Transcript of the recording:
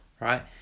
right